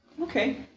Okay